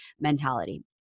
mentality